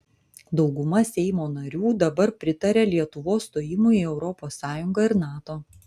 dauguma seimo narių dabar pritaria lietuvos stojimui į europos sąjungą ir nato